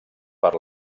per